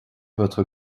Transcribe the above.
votre